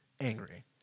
angry